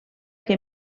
que